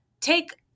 take